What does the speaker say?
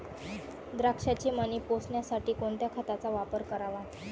द्राक्षाचे मणी पोसण्यासाठी कोणत्या खताचा वापर करावा?